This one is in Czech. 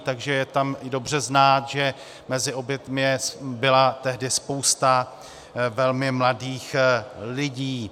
Takže je tam dobře znát, že mezi oběťmi byla tehdy spousta velmi mladých lidí.